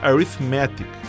Arithmetic